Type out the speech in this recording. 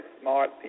smart